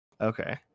Okay